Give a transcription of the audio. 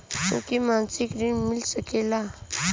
हमके मासिक ऋण मिल सकेला?